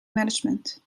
management